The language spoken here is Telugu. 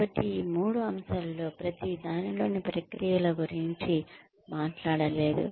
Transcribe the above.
కాబట్టి ఈ మూడు అంశాలలో ప్రతి దానిలోని ప్రక్రియల గురించి మాట్లాడలేదు